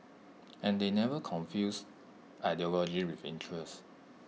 and they never confused ideology with interest